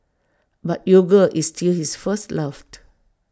but yoga is still his first love